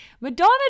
Madonna